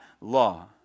law